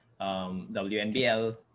WNBL